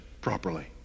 properly